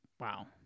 wow